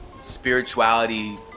spirituality